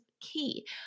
key